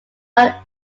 john